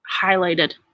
highlighted